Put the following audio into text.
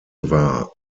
war